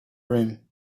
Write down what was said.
room